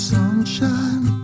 Sunshine